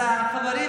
אז חברים,